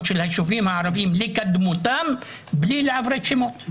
היישובים הערביים לקדמותם בלי לעברת שמות.